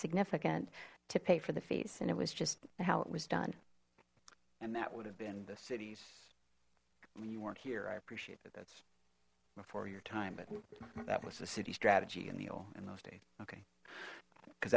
significant to pay for the fees and it was just how it was done and that would have been the city's you weren't here i appreciate that that's before your time but that was the city strategy in the ole in those days okay because